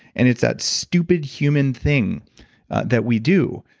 and it's that stupid, human thing that we do,